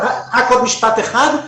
רק עוד משפט אחד,